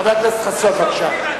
חבר הכנסת חסון, בבקשה.